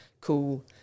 cool